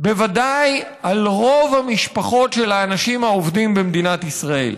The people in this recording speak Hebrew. בוודאי על רוב המשפחות של האנשים העובדים במדינת ישראל.